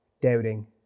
doubting